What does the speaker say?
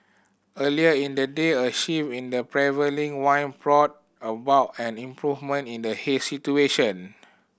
earlier in the day a shift in the prevailing wind brought about an improvement in the haze situation